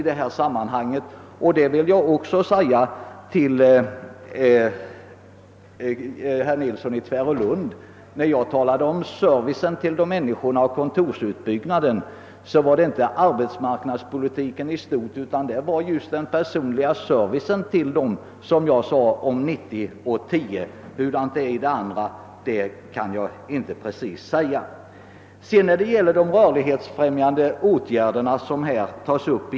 Detta vill jag också säga till herr Nilsson i Tvärålund. När jag talade om att 90 procent tillgodosågs avsåg jag kontorsorganisationen och den personliga servicen till människorna men inte arbetsmarknadspolitiken i stort. De rörlighetsfrämjande åtgärderna togs åter upp.